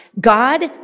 God